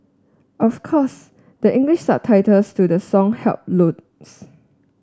of course the English subtitles to the song helped loads